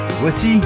Voici